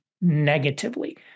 negatively